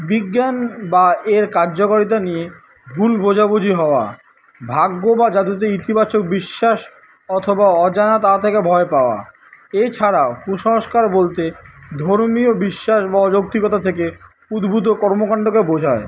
বিজ্ঞান বা এর কায্যকারিতা নিয়ে ভুল বোঝাবুঝি হওয়া ভাগ্য বা জাদুতে ইতিবাচক বিশ্বাস অথবা অজানা তা থেকে ভয় পাওয়া এছাড়াও কুসংস্কার বলতে ধর্মীয় বিশ্বাস বা অযৌক্তিকতা থেকে উদ্ভূত কর্মকান্ডকে বোঝায়